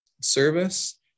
service